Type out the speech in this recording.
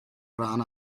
rhan